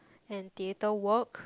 and theatre work